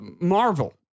Marvel